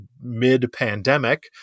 mid-pandemic